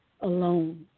alone